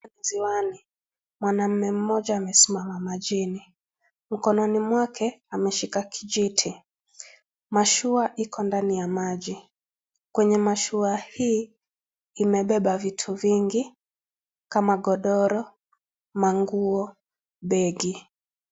Ziwani, mwanaume mmoja amesimama majini. Mkononi mwake, ameshika kijiti. Mashua iko ndani ya maji. Kwenye mashua hii, imebeba vitu vingi kama, godoro, manguo, begi.